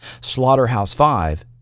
Slaughterhouse-Five